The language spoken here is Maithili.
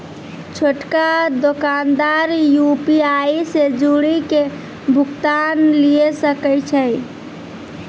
छोटका दोकानदार यू.पी.आई से जुड़ि के भुगतान लिये सकै छै